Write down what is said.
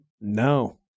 No